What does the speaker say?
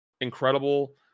incredible